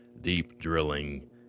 deep-drilling